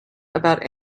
about